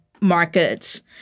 markets